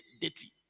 dirty